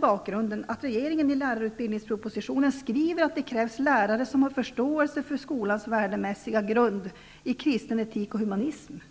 bakgrund av att regeringen i lärarutbildningspropositionen skriver att det krävs lärare som har ''förståelse för skolans värdemässiga grund i kristen etik och humanism''.